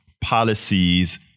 policies